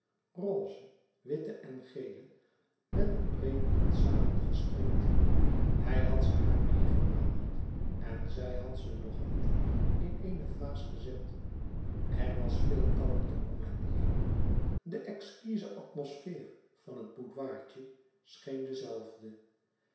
roze witte en gele met een breed lint samengestrikt hij had ze haar meêgebracht en zij had ze nog niet in eene vaas gezet er was veel kalmte om hen heen de exquize atmosfeer van het boudoirtje scheen